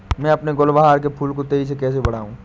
मैं अपने गुलवहार के फूल को तेजी से कैसे बढाऊं?